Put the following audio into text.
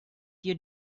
your